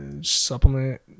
supplement